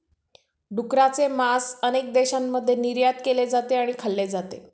डुकराचे मांस अनेक देशांमध्ये निर्यात केले जाते आणि खाल्ले जाते